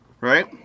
right